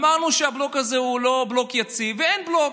אמרנו שהבלוק הזה הוא לא בלוק יציב, ואין בלוק.